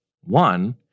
One